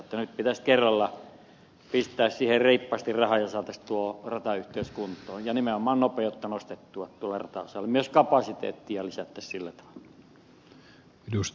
nyt pitäisi kerralla pistää siihen reippaasti rahaa että saataisiin tuo ratayhteys kuntoon ja nimenomaan nopeutta nostettua tuolla rataosalla myös kapasiteettia lisättäisiin sillä tavalla